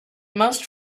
most